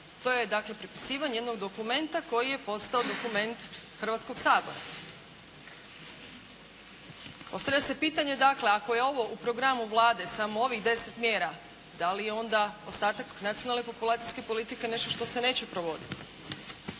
To je dakle prepisivanje jednog dokumenta koji je postao dokument Hrvatskog sabora. Postavlja se pitanje dakle ako je ovo u programu Vlade samo ovih 10 mjera, da li je onda ostatak Nacionalne populacijske politike nešto što se neće provoditi?